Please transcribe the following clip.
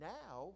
now